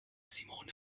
simone